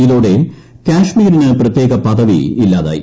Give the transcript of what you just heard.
ഇതോടെ കശ്മീരിന് പ്രത്യേക പദവി ഇല്ലാതായി